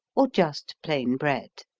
or just plain bread.